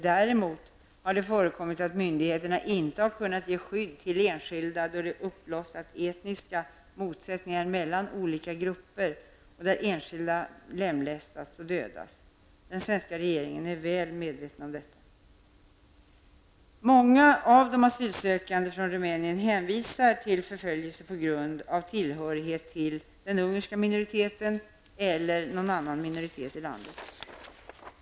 Däremot har det förekommit att myndigheterna inte kunnat ge skydd till enskilda då det uppblossat etniska motsättningar mellan olika grupper där enskilda lemlästats och dödats. Den svenska regeringen är väl medveten om detta. Många av de asylsökande från Rumänien hänvisar till förföljelse på grund av tillhörighet till den ungerska minoriteten eller någon annan minoritet i landet.